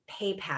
PayPal